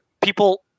people